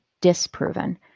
disproven